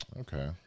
Okay